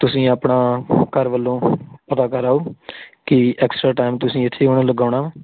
ਤੁਸੀਂ ਆਪਣਾ ਘਰ ਵੱਲੋਂ ਬਤਾਕਰ ਆਉ ਕਿ ਐਕਸਟਰਾ ਟਾਈਮ ਤੁਸੀਂ ਇੱਥੇ ਹੁਣ ਲਗਾਉਣਾ